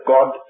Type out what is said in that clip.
God